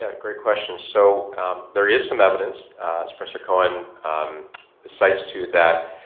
ah great question. so there is some evidence mr. cohen cites to that,